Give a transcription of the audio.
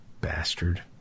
Bastard